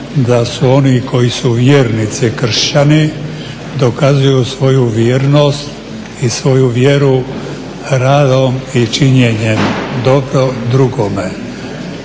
a su oni koji su vjernici, kršćani dokazuju svoju vjernost i svoju vjeru radom i činjenjem dobro drugome.